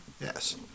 yes